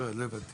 לא הבנתי.